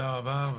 תודה רבה.